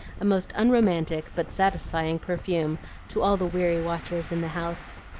a most unromantic but satisfying perfume to all the weary watchers in the house.